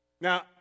now